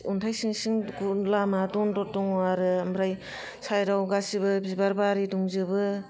अन्थाइ सिं सिं गुन लामा दन्दर दङ आरो ओमफ्राय साइदाव गासिबो बिबार बारि दंजोबो